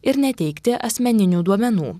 ir neteikti asmeninių duomenų